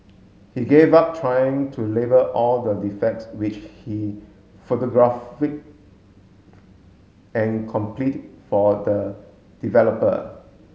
he gave up trying to label all the defects which he photographic and complete for the developer